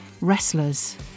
Wrestlers